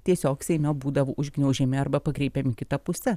tiesiog seime būdavo užgniaužiami arba pakreipiami kita puse